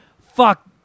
fuck